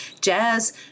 jazz